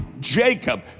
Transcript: Jacob